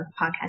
podcast